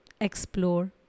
explore